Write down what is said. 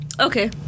Okay